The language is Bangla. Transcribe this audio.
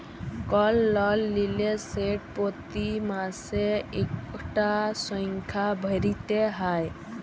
কল লল লিলে সেট পতি মাসে ইকটা সংখ্যা ভ্যইরতে হ্যয়